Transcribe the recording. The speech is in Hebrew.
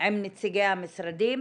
עם נציגי המשרדים,